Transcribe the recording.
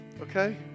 Okay